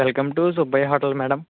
welcome to Subbaiah hotel madam